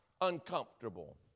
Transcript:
uncomfortable